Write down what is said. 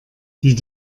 die